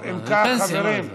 טוב, חברים,